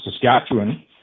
Saskatchewan